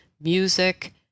music